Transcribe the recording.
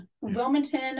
Wilmington